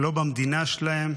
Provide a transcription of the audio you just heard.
לא במדינה שלהם.